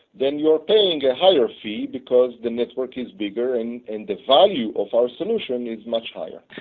then you're paying a higher fee because the network is bigger and and the value of our solution is much higher.